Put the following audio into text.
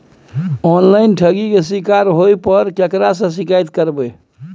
Online ठगी के शिकार होय पर केकरा से शिकायत करबै?